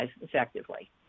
effectively